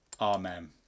Amen